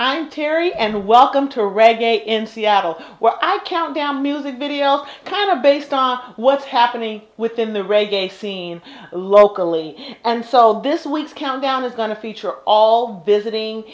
i'm terry and welcome to reggae in seattle i count down music video kind of based on what's happening within the reggae scene locally and so this week's countdown is going to feature all visiting